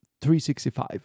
365